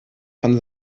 von